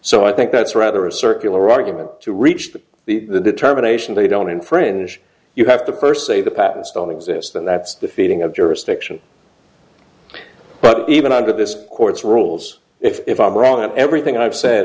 so i think that's rather a circular argument to reach that the determination they don't infringe you have to first say the patents don't exist and that's the feeling of jurisdiction but even under this court's rules if i'm wrong and everything i've said